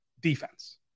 defense